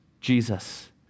Jesus